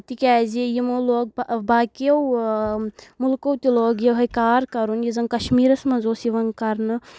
تِکیازِ یِمو لوگ باقیو مُلکو تہِ لوگ یِہوے کار کَرُن یُس زَن کَشمیٖرَس منٛز اوس یِوان کرنہٕ